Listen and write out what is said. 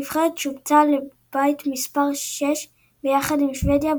הנבחרת שובצה לבית מספר 6 ביחד עם שוודיה,